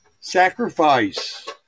sacrifice